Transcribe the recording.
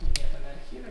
minėtame archyve